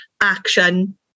action